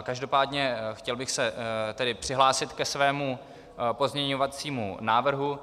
Každopádně, chtěl bych se tedy přihlásit ke svému pozměňovacímu návrhu.